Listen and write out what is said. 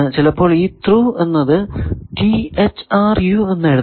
ചിലപ്പോൾ ഈ ത്രൂ എന്നത് t h r u എന്ന് എഴുതാം